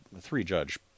three-judge